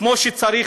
כמו שצריך,